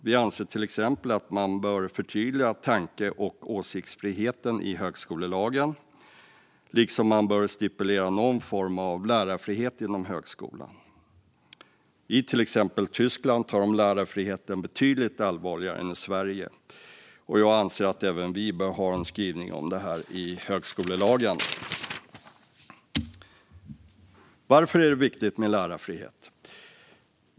Vi anser till exempel att man bör förtydliga tanke och åsiktsfriheten i högskolelagen, liksom man bör stipulera någon form av lärarfrihet inom högskolan. I till exempel Tyskland tar de lärarfriheten på betydligt större allvar än man gör i Sverige. Och jag anser att även vi bör ha en skrivning om detta i högskolelagen. Varför är det viktigt med lärarfrihet?